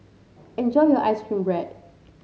enjoy your ice cream bread